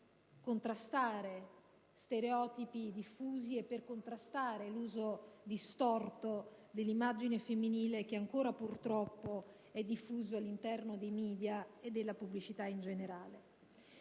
contrastare stereotipi diffusi e per contrastare l'uso distorto dell'immagine femminile che ancora, purtroppo, è diffuso all'interno dei *media* e della pubblicità in generale.